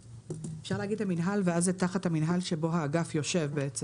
אפשר להגיד "המינהל" ואז זה בעצם תחת המינהל שבו האגף יושב.